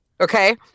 Okay